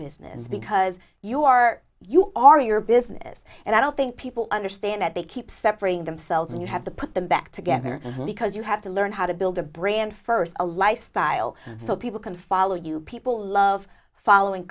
business because you are you are your business and i don't think people understand that they keep separating themselves and you have to put them back together because you have to learn how to build a brand first a lifestyle so people can follow you people love following